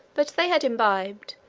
but they had imbibed,